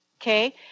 Okay